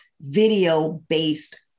video-based